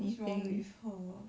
what's wrong with her